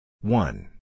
One